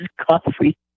coffee